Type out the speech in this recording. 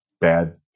bad